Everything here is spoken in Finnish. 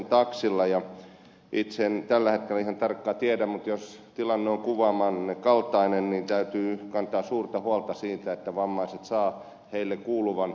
ja itse en tällä hetkellä ihan tarkkaan tiedä mutta jos tilanne on kuvaamanne kaltainen niin täytyy kantaa suurta huolta siitä että vammaiset saavat heille kuuluvan palvelun